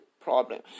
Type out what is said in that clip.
problem